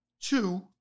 two